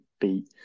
beat